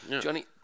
johnny